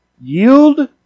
Yield